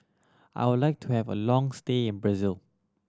I would like to have a long stay in Brazil